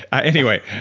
anyway,